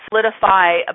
solidify